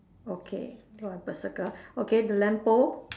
okay so I have a circle okay the lamp pole